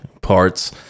parts